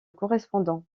correspondants